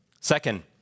Second